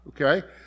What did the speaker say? okay